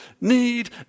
need